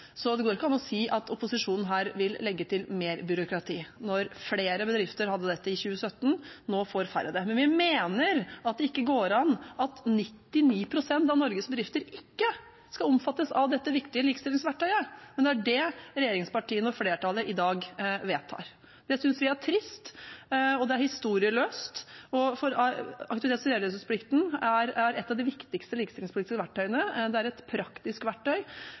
går ikke an å si at opposisjonen vil legge til mer byråkrati når flere bedrifter hadde dette i 2017. Nå får færre det. Men vi mener at det ikke går an at 99 pst. av Norges bedrifter ikke skal omfattes av dette viktige likestillingsverktøyet. Det er det regjeringspartiene og flertallet i dag vedtar. Det synes vi er trist, og det er historieløst, for aktivitets- og redegjørelsesplikten er et av de viktigste likestillingspolitiske verktøyene. Det er et praktisk verktøy,